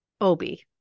Obi